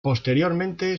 posteriormente